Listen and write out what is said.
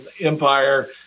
Empire